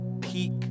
peak